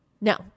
no